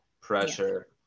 pressure